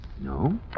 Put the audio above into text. No